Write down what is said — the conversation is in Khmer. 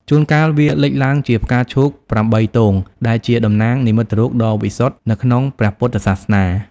ជួនកាលវាលេចឡើងជា ផ្កាឈូកប្រាំបីទង ដែលជាតំណាងនិមិត្តរូបដ៏វិសុទ្ធនៅក្នុងព្រះពុទ្ធសាសនា។